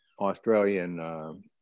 Australian